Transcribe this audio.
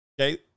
Okay